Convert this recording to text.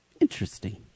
Interesting